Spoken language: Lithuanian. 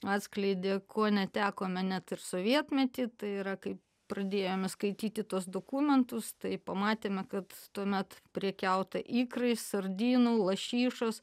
atskleidė ko netekome net ir sovietmetį tai yra kai pradėjome skaityti tuos dokumentus tai pamatėme kad tuomet prekiauta ikrais sardinų lašišos